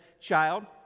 Child